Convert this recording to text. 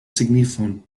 signifon